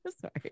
Sorry